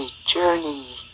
journey